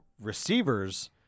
receivers